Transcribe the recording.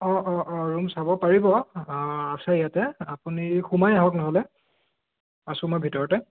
অঁ অঁ অঁ ৰুম চাব পাৰিব আছে ইয়াতে আপুনি সোমাই আহক নহ'লে আছোঁ মই ভিতৰতে